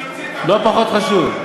לא פחות חשוב.